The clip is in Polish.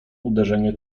uderzenie